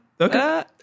Okay